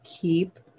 keep